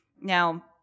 Now